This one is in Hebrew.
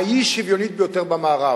האי-שוויונית ביותר במערב.